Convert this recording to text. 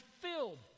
filled